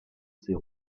ses